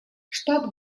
штат